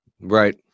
Right